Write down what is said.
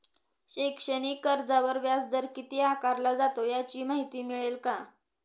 शैक्षणिक कर्जावर व्याजदर किती आकारला जातो? याची माहिती मिळेल का?